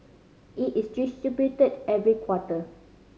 it is distributed every quarter